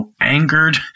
angered